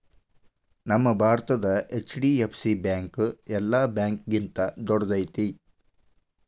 ನಮ್ಮ ಭಾರತದ HDFC bank ಯೆಲ್ಲಾ ಬ್ಯಾಂಕ್ಗಿಂತಾ ದೊಡ್ದೈತಿ